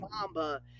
Mamba